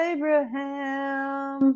Abraham